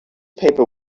paper